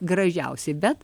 gražiausi bet